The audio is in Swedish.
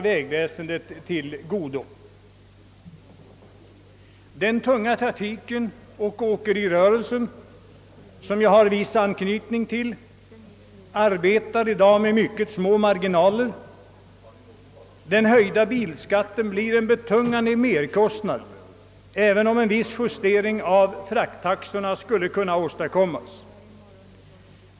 vägväsendet till godo. Den tunga trafiken och åkerinäringen, som jag har. viss anknytning till, arbetar i dag med mycket små marginaler. Den höjda bilskatten blir en betungande merkostnad, även om en viss justering av frakttaxorna skulle kunna åstadkommas.